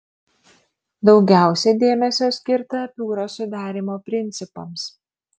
daugiausia dėmesio skirta epiūros sudarymo principams